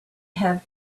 have